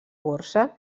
borsa